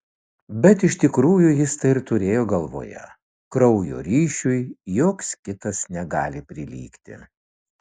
bet iš tikrųjų jis tai ir turėjo galvoje kraujo ryšiui joks kitas negali prilygti